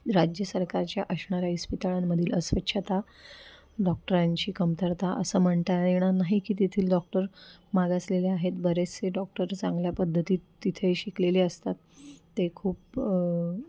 राज्य सरकारच्या असणाऱ्या इस्पितळांमधील अस्वच्छता डॉक्टरांची कमतरता असं म्हणता येणार नाही की तेथील डॉक्टर मागासलेले आहेत बरेचसे डॉक्टर चांगल्या पद्धतीत तिथे शिकलेले असतात ते खूप